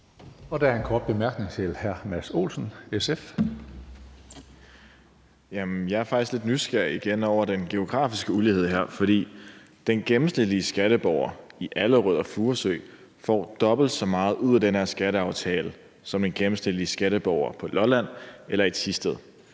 Der er en kort bemærkning til hr. Mads Olsen, SF. Kl. 17:50 Mads Olsen (SF): Jamen jeg er faktisk lidt nysgerrig igen over den geografiske ulighed her, for den gennemsnitlige skatteborger i Allerød og Furesø får dobbelt så meget ud af den her skatteaftale som en gennemsnitlig skatteborger på Lolland eller i Thisted.